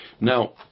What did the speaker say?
Now